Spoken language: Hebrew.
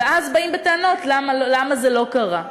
ואז באים בטענות למה זה לא קרה.